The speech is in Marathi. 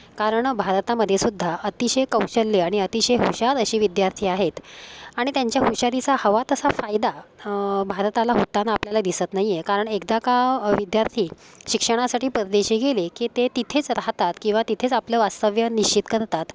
कारण भारतामध्येसुद्धा अतिशय कौशल्य आणि अतिशय हुशार असे विद्यार्थी आहेत आणि त्यांच्या हुशारीचा हवा तसा फायदा भारताला होताना आपल्याला दिसत नाही आहे कारण एकदा का विद्यार्थी शिक्षणासाठी परदेशी गेले की ते तिथेच राहतात किंवा तिथेच आपलं वास्तव्य निश्चित करतात